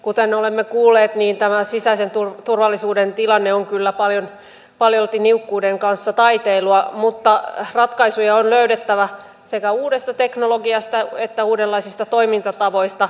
kuten olemme kuulleet niin tämä sisäisen turvallisuuden tilanne on kyllä paljolti niukkuuden kanssa taiteilua mutta ratkaisuja on löydettävä sekä uudesta teknologiasta että uudenlaisista toimintatavoista